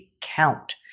count